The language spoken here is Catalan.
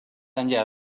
enllà